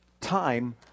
time